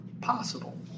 possible